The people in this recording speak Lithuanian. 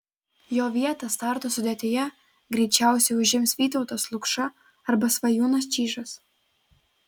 jo vietą starto sudėtyje greičiausiai užims vytautas lukša arba svajūnas čyžas